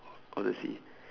on the C